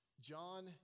John